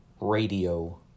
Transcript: radio